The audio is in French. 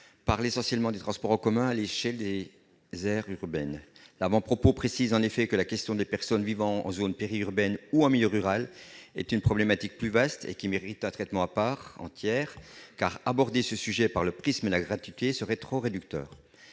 parle essentiellement des transports en commun à l'échelle des aires urbaines. L'avant-propos précise en effet que la question des personnes vivant en zones périurbaines ou en milieu rural est une problématique plus vaste ; elle mérite un traitement à part entière, car aborder ce sujet par le prisme de la gratuité serait trop réducteur.